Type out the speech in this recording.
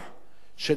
של אזרחים,